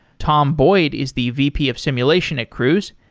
tom boyd is the vp of simulation at cruise.